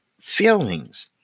feelings